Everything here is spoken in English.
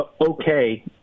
okay